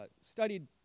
studied